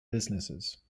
businesses